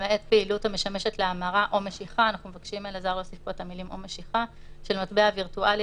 למעט פעילות המשמשת להמרה או משיכה של מטבע וירטואלי